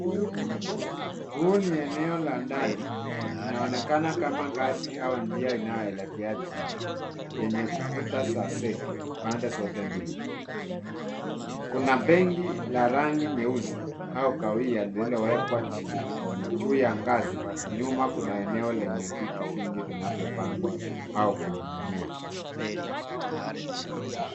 Huu ni eneo la ndani inaonekana kama ngazi au njia inayoelekea chini yenye kuta za zege pande zote mbili. Kuna bendi la rangi nyeusi au kahawia lililowekwa chini. Juu ya ngazi nyuma kuna eneo lenye vitu vingi vinavyopangwa au kuning'inia.